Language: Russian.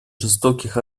жестоких